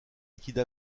liquide